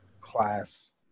class